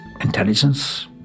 intelligence